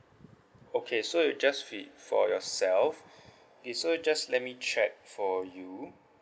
okay so it'll just be for yourself okay so just let me check for you